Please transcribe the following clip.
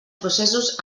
processos